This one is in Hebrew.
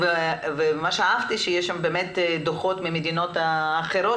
מה שאהבתי שיש דו"חות ממדינות אחרות